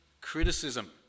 criticism